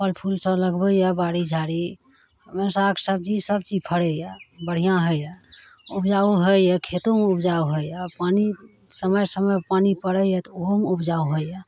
बढ़िआँ फल फूलसब लगबैए बाड़ी झाड़ीमे साग सबजी सबचीज फड़ैए बढ़िआँ होइए उपजा होइए खेतोमे उपजा होइए आब पानि समय समय पानि पड़ैए तऽ ओहोमे उपजा होइए